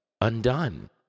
undone